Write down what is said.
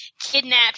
kidnapped